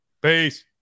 Peace